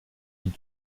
die